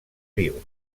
vius